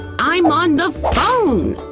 i'm on the phone!